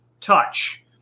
touch